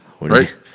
right